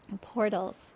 portals